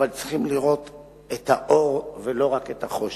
אבל צריכים לראות את האור ולא רק את החושך.